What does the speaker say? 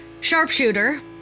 sharpshooter